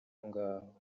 ngaho